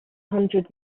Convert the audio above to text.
hundred